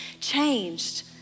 changed